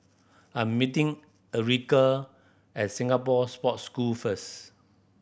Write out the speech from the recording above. I'm meeting Ericka at Singapore Sports School first